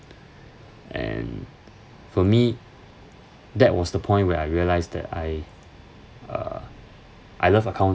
and for me that was the point where I realised that I uh I love accounting